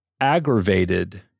aggravated